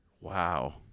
Wow